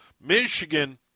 Michigan